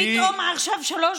בבקשה.